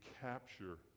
capture